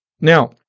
Now